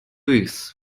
wakes